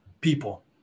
people